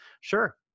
sure